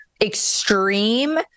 extreme